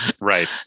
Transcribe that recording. Right